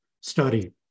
study